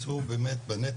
ויסייעו.